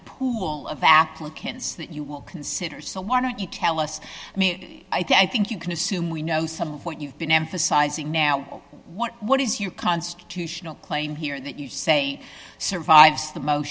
pool of applicants that you consider so why don't you tell us i mean i think you can assume we know some of what you've been emphasizing now what what is your constitutional claim here that you say survives the mo